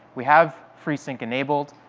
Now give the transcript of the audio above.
we have free sync enabled,